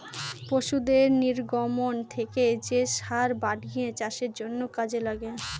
পশুদের নির্গমন থেকে যে সার বানিয়ে চাষের জন্য কাজে লাগে